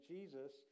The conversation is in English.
Jesus